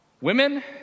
Women